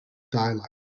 dialect